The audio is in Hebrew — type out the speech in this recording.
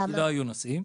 כי לא היו נוסעים,